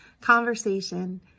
conversation